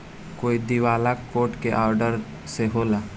कोई दिवाला कोर्ट के ऑर्डर से होला